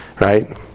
Right